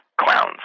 clowns